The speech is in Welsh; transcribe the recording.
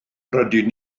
rydyn